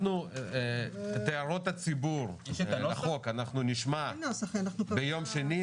את הערות הציבור אנחנו נשמע ביום שני,